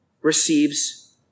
receives